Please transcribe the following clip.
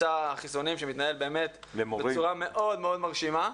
מבצע החיסונים שמתנהל באמת בצורה מאוד מאוד מרשימה.